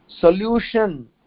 solution